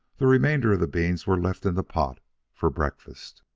the remainder of the beans were left in the pot for breakfast.